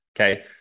Okay